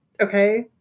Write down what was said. okay